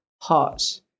hot